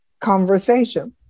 conversation